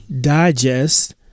digest